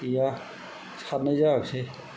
गैया सरनाय जायाखिसै